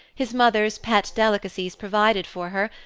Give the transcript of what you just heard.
his mother's pet delicacies provided for her,